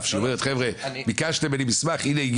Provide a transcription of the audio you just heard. שבו היא אומרת ביקשתם ממני מסמך נוסף הנה,